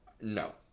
No